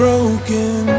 Broken